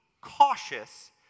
cautious